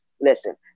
listen